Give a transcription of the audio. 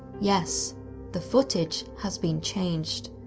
yes the footage has been changed.